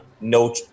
no